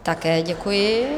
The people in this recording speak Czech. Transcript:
Také děkuji.